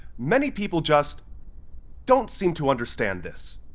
many people just don't seem to understand this.